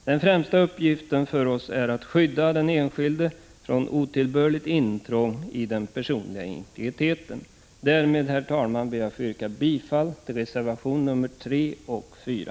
Den främsta uppgiften för oss är att skydda den enskilde från otillbörligt intrång i den personliga integriteten. Med detta, herr talman, ber jag att få yrka bifall till reservationerna nr 3 och 4.